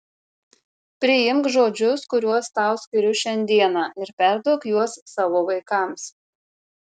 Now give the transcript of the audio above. priimk žodžius kuriuos tau skiriu šiandieną ir perduok juos savo vaikams